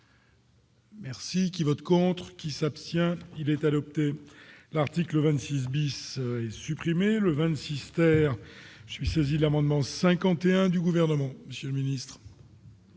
Merci qui vote contre qui s'abstient, il est adopté l'article 26 Bis supprimer le 26 terre je suis saisi l'amendement 51 du gouvernement Monsieur le Ministre.